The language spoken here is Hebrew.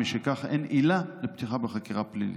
ומשכך אין עילה לפתיחה בחקירה פלילית.